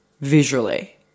visually